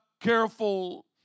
careful